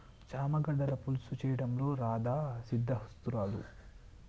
చామ గడ్డల పులుసు చేయడంలో రాధా సిద్దహస్తురాలు